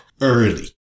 early